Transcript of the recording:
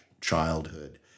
childhood